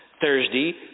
Thursday